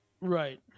Right